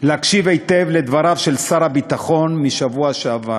להקשיב היטב לדבריו של שר הביטחון מהשבוע שעבר,